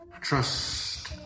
Trust